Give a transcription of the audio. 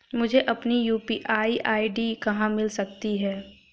मुझे अपनी UPI ID कहां मिल सकती है?